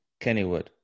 kennywood